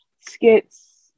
skits